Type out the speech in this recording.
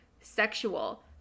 sexual